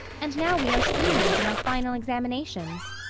and now we are seniors in our final examinations.